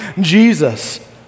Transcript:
Jesus